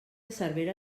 cervera